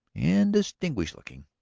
and distinguished looking!